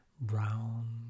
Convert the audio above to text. brown